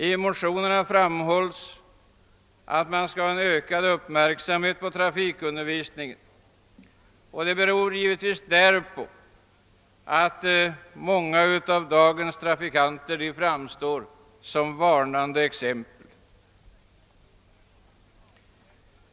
I motionerna framhålles att man bör ägna ökad uppmärksamhet åt trafikundervisningen; det beror givetvis på att många av dagens trafikanter framstår som varnande exempel.